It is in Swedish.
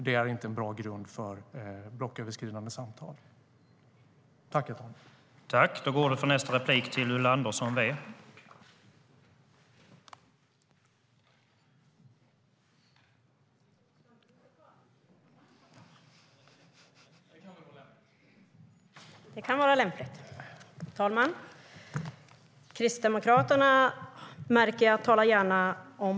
Det är inte en bra grund för blocköverskridande samtal.